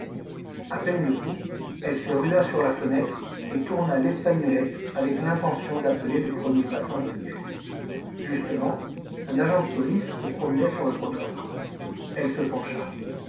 à peine debout elle se rua sur la fenêtre et tourna l'espagnolette avec l'intention d'appeler le premier passant venu justement un agent de police se promenait sur le trottoir elle se pencha